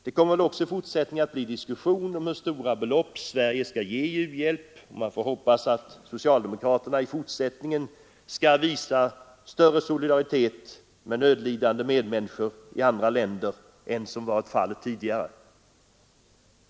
Det kommer väl också i framtiden att bli diskussion om hur stora belopp Sverige skall ge i u-hjälp, och man får hoppas att socialdemokraterna i fortsättningen kommer att visa större solidaritet med nödlidande människor i andra länder än som varit fallit tidigare.